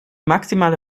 maximale